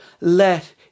let